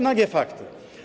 Nagie fakty.